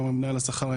גם הממונה על השכר,